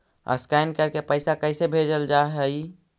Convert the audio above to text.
Scan करके पैसा कैसे भेजल जा हइ?